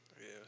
Yes